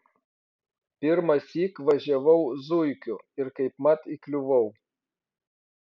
pirmąsyk važiavau zuikiu ir kaipmat įkliuvau